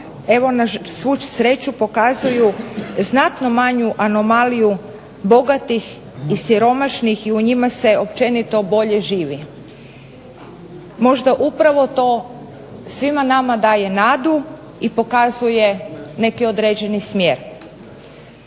evo na svu sreću pokazuju znatno manju anomaliju bogatih i siromašnih i u njima se općenito bolje živi. Možda upravo to svima nama daje nadu i pokazuje neki određeni smjer.